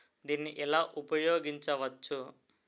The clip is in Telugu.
దీన్ని ఎలా ఉపయోగించు కోవచ్చు?